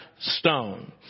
stone